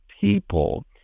people